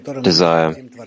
desire